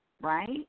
right